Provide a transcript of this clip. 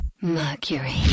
Mercury